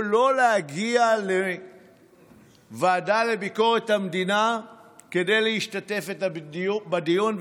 לא להגיע לוועדה לביקורת המדינה כדי להשתתף בדיון,